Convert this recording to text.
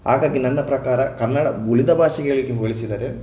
ಹಾಗಾಗಿ ನನ್ನ ಪ್ರಕಾರ ಕನ್ನಡ ಉಳಿದ ಭಾಷೆಗಳಿಗೆ ಹೋಲಿಸಿದರೆ